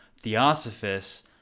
theosophists